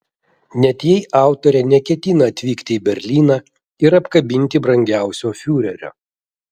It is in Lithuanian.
net jei autorė neketina atvykti į berlyną ir apkabinti brangiausio fiurerio